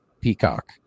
peacock